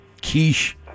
quiche